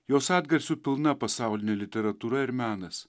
jos atgarsių pilna pasaulinė literatūra ir menas